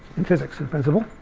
in physics, in principle.